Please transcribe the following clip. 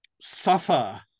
suffer